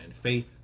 faith